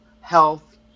health